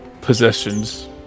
possessions